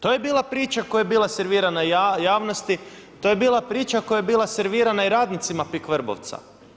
To je bila priča, koja je bila servirana javnosti, to je bila priča koja je bila servirana i radnicima Pik Vrbovca.